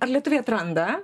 ar lietuviai atranda